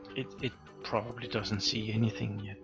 it it probably doesn't see anything